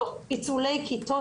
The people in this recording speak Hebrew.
פיצולי כיתות,